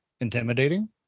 intimidating